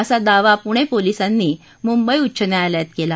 असा दावा पुणे पोलिसांनी मुंबई उच्च न्यायालयात केला